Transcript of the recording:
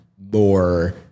more